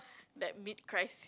that mid crisis